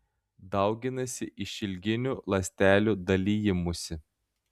dauginasi išilginiu ląstelių dalijimusi